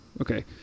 okay